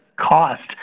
cost